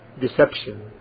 deception